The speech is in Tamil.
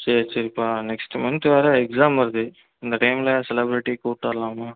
சரி சரிப்பா நெக்ஸ்ட்டு மந்த் வேறு எக்ஸாம் வருது இந்த டைம்மில் செலப்ரிட்டி கூப்பிட்டு வரலாமா